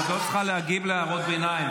את לא צריכה להגיב על הערות ביניים.